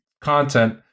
content